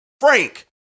Frank